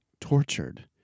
tortured